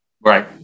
Right